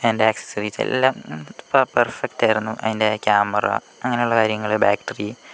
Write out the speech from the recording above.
അതിൻ്റെ ആക്സസറീസ് എല്ലാം പെർഫക്ടായിരുന്നു അതിൻ്റെ ക്യാമറ അങ്ങനെയുള്ള കാര്യങ്ങളൾ ബാറ്ററി